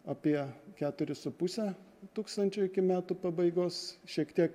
apie keturis su puse tūkstančio iki metų pabaigos šiek tiek